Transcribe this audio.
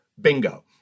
bingo